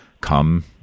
come